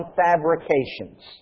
fabrications